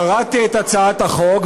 קראתי את הצעת החוק,